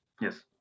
yes